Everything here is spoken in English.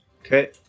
Okay